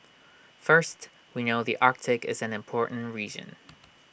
first we know the Arctic is an important region